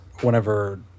whenever